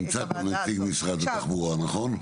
נמצא כאן נציג משרד התחבורה, נכון?